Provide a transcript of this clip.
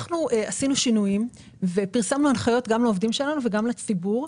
אנחנו עשינו שינויים ופרסמנו הנחיות גם לעובדים שלנו וגם לציבור.